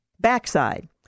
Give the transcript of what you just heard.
backside